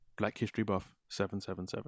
blackhistorybuff777